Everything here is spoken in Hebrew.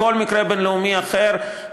בכל מקרה בין-לאומי אחר,